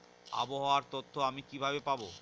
আবহাওয়ার তথ্য আমি কিভাবে পাবো?